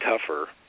tougher